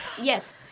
Yes